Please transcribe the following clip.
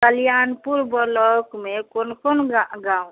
Kalyanpur block में कौन कौन गा गाँव है